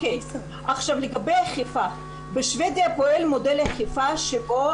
לגבי אכיפה - בשוודיה, פועל מודל אכיפה שבו